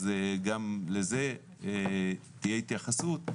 אז גם לזה תהיה התייחסות.